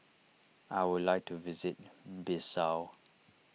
I would like to visit Bissau